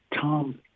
Tom